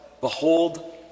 Behold